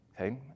Okay